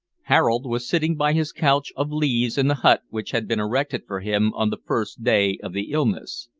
harold was sitting by his couch of leaves in the hut which had been erected for him on the first day of the illness.